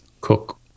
cook